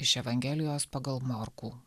iš evangelijos pagal morkų